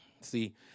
See